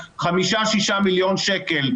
חמישה-שישה מיליון שקל.